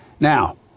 Now